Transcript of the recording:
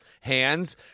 hands